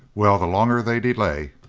well, the longer they delay,